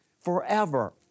forever